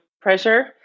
pressure